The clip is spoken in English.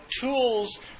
tools